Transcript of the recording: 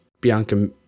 Bianca